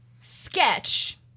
sketch